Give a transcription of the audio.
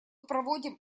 проводим